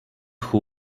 who